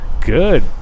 Good